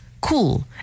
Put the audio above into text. cool